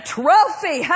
trophy